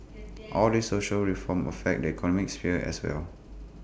all the social reforms affect the economic sphere as well